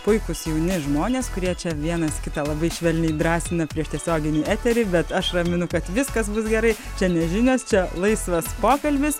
puikūs jauni žmonės kurie čia vienas kitą labai švelniai drąsina prieš tiesioginį eterį bet aš raminu kad viskas bus gerai čia ne žinios čia laisvas pokalbis